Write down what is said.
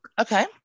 okay